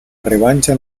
revancha